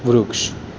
વૃક્ષ